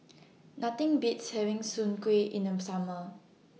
Nothing Beats having Soon Kuih in The Summer